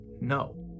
no